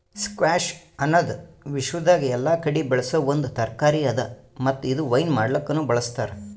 squash ಅನದ್ ವಿಶ್ವದಾಗ್ ಎಲ್ಲಾ ಕಡಿ ಬೆಳಸೋ ಒಂದ್ ತರಕಾರಿ ಅದಾ ಮತ್ತ ಇದು ವೈನ್ ಮಾಡ್ಲುಕನು ಬಳ್ಸತಾರ್